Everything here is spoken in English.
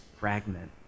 fragment